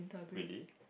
really